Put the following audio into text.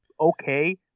okay